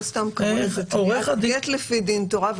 לא סתם קראו לזה תביעת גט לפי דין תורה,